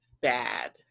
bad